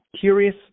Curious